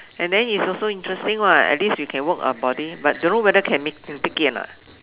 and then it's also interesting [what] at least we can work our body but don't know whether can make can take it or not